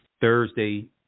Thursday